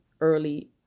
early